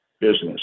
business